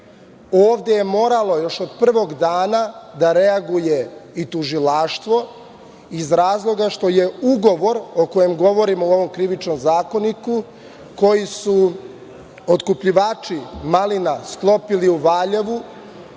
Ovde je moralo još od prvog dana da reaguje i tužilaštvo, iz razloga što je ugovor o kojem govorimo u ovom Krivičnom zakoniku, koji su otkupljivači malina sklopili u Valjevu,